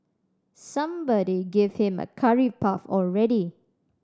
somebody give him a curry puff already